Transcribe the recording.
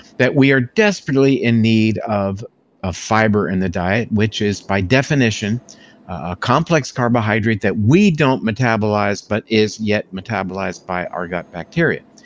that we are desperately in need of ah fiber in the diet, which is by definition a complex carbohydrate that we don't metabolize but is yet metabolized by our gut bacteria.